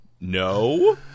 no